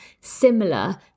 similar